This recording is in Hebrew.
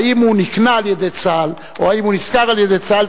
האם הוא נקנה על-ידי צה"ל או נשכר על-ידי צה"ל,